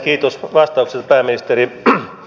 kiitos vastauksesta pääministeri